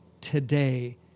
today